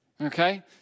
Okay